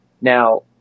Now